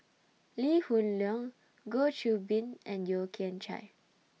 Lee Hoon Leong Goh Qiu Bin and Yeo Kian Chye